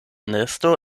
nesto